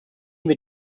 wird